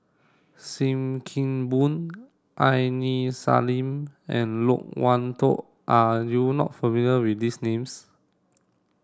Sim Kee Boon Aini Salim and Loke Wan Tho are you not familiar with these names